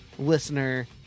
listener